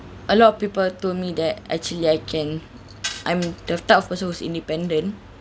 a lot of people told me that actually I can I'm the type of person who's independent